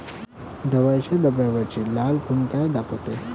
दवाईच्या डब्यावरची लाल खून का दाखवते?